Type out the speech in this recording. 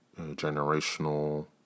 generational